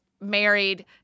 married